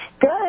Good